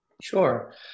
Sure